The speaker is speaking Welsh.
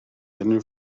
unrhyw